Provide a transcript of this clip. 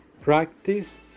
Practice